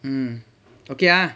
mmhmm okay ah